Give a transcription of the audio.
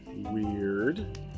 Weird